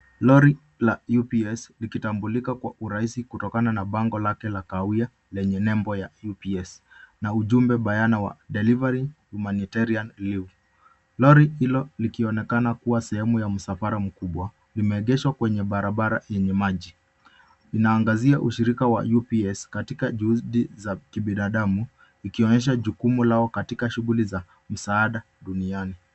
Lori la ups likitambulika kwa urahisi kutokana na bango lake la kahawia lenye nembo ya ups na ujumbe bayana wa deliveryc[s] c[s]humanitarian [cs[relief lori hilo likionekana kuwa sehemu ya msafara mkubwa limeegeshwa kwenye barabara yenye maji. Linaangazia ushirika wa ups katika juhudi za kibinadamu ikionyesha jukumu lao katika shughuli za msaada duniani.